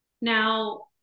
now